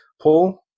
Paul